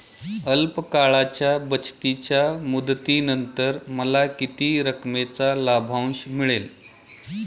अल्प काळाच्या बचतीच्या मुदतीनंतर मला किती रकमेचा लाभांश मिळेल?